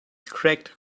cracked